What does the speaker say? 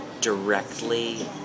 directly